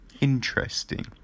Interesting